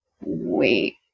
Wait